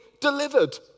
delivered